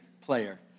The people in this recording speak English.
player